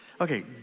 okay